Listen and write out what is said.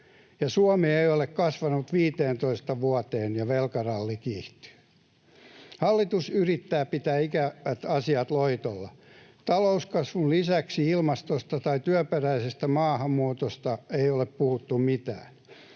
Suomi ei ole kasvanut 15 vuoteen, ja velkaralli kiihtyy. Hallitus yrittää pitää ikävät asiat loitolla. Talouskasvun lisäksi ilmastosta tai työperäisestä maahanmuutosta ei ole puhuttu mitään.